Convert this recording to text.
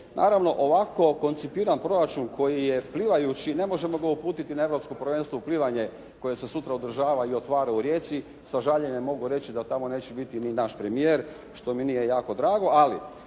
Naravno ovako koncipiran proračun koji je plivajući i ne možemo ga uputiti na europsko prvenstvo u plivanju koje se sutra održava i otvara u Rijeci, sa žaljenjem mogu reći da tamo neće biti ni naš premijer što mi nije jako drago. Ali